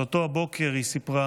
על אותו בוקר היא סיפרה: